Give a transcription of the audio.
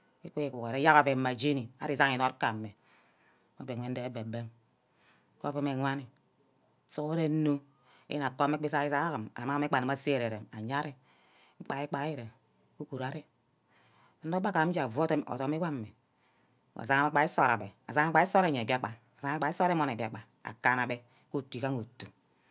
Ikiguhure ayerk oven mma jeni ari sam inud ke ame mme oven wor ndegehe egbem ke ovum eh wanni, sughuren nno, yene akama gbe isai-sai agim amang mme gbea aguma ase ke ere-rem iye ari, igbai-igbai ere ke uguru ari anor ajegem afu odum mme weh asagha gbe nsort abbe aje gbe nsort mbiakpan, asegha gbe nsort amon mbiakpan akana-beh otu igaha otu.